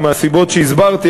ומהסיבות שהסברתי,